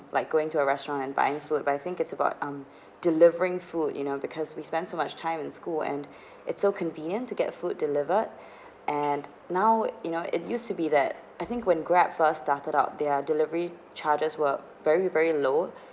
like going to a restaurant and buying food but I think it's about um delivering food you know because we spend so much time in school and it's so convenient to get food delivered and now you know it used to be that I think when Grab first started out their delivery charges were very very low